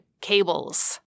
cables